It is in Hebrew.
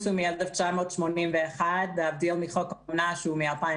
הוא מ-1981 בהבדל לחוק האומנה שהוא מ-2016.